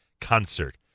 concert